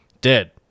Dead